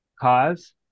cause